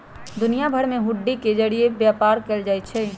दुनिया भर में हुंडी के जरिये व्यापार कएल जाई छई